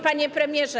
Panie Premierze!